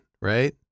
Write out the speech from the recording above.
right